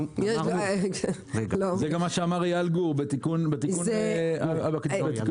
זה גם מה שאמר גור בליי בתיקון -- לא.